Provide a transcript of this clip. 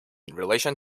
relation